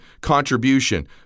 contribution